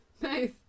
Nice